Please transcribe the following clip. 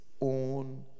own